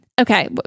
okay